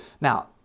Now